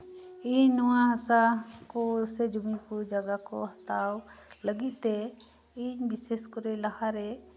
ᱛᱮᱦᱤᱧ ᱱᱚᱣᱟ ᱦᱟᱥᱟ ᱠᱚ ᱡᱚᱢᱤ ᱠᱚ ᱡᱟᱭᱜᱟ ᱠᱚ ᱦᱟᱛᱟᱣ ᱤᱧ ᱵᱤᱥᱮᱥ ᱠᱟᱛᱮᱜ ᱞᱟᱦᱟᱨᱮ